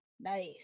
Nice